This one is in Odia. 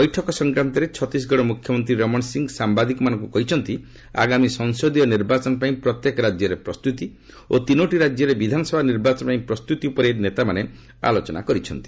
ବୈଠକ ସଂକ୍ରାନ୍ତରେ ଛତିଶଗଡ଼ ମୁଖ୍ୟମନ୍ତ୍ରୀ ରମଣ ସିଂହ ସାମ୍ବାଦିକମାନଙ୍କୁ କହିଛନ୍ତି ଆଗାମୀ ସଂସଦୀୟ ନିର୍ବାଚନ ପାଇଁ ପ୍ରତ୍ୟେକ ରାଜ୍ୟରେ ପ୍ରସ୍ତୁତି ଓ ତିନୋଟି ରାଜ୍ୟରେ ବିଧାନସଭା ନିର୍ବାଚନ ପାଇଁ ପ୍ରସ୍ତୁତି ଉପରେ ନେତାମାନେ ଆଲୋଚନା କରିଛନ୍ତି